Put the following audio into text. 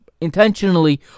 intentionally